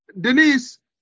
Denise